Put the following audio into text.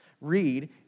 Read